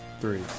three